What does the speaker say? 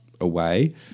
away